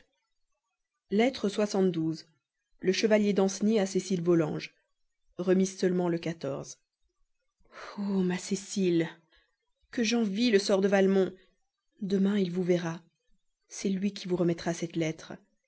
lettre le chevalier danceny à cécile volanges remise seulement le oh ma cécile que j'envie le sort de valmont demain il vous verra c'est lui qui vous remettra cette lettre